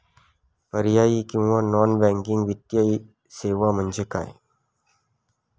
पर्यायी किंवा non banking वित्तीय सेवा म्हणजे काय?